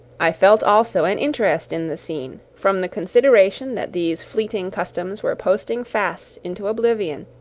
i felt also an interest in the scene, from the consideration that these fleeting customs were posting fast into oblivion,